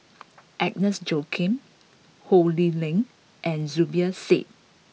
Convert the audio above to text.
Agnes Joaquim Ho Lee Ling and Zubir Said